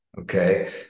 Okay